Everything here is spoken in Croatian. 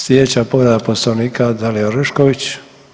Slijedeća povreda Poslovnika Dalija Orešković.